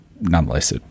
nonetheless